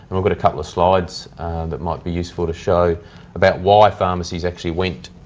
and i've got a couple of slides that might be useful to show about why pharmacies actually went.